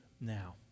now